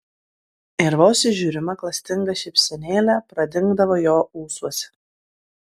ir vos įžiūrima klastinga šypsenėlė pradingdavo jo ūsuose